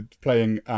playing